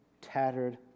tattered